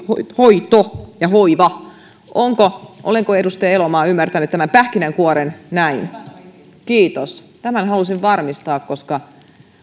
hoito ja hoiva olenko edustaja elomaa ymmärtänyt tämän pähkinänkuoren kiitos tämän halusin varmistaa koska